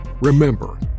Remember